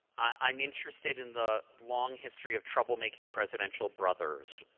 i'm interested in the long history of trouble making presidential brothers.